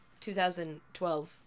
2012